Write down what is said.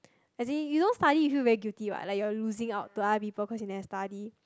as in you don't study if you feel very guilty what like you're losing out to other people cause you never study